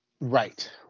Right